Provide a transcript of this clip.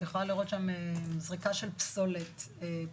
את יכולה לראות שם זריקה של פסולת בניין,